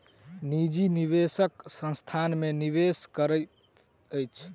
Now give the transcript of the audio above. निजी निवेशक संस्थान में निवेश करैत अछि